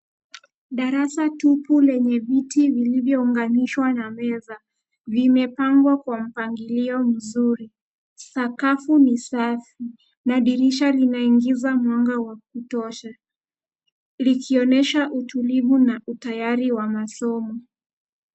Darasa tupu lenye viti vilivyounganishwa na meza, vimepangwa kwa mpangilio mzuri. Sakafu ni safi, na dirisha linaingiza mwanga wa kutosha, likionyesha utulivu na utayari wa masomo.